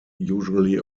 usually